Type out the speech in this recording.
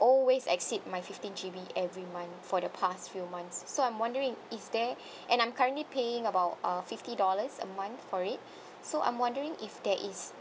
always exceed my fifteen G_B every month for the past few months so I'm wondering is there and I'm currently paying about uh fifty dollars a month for it so I'm wondering if there is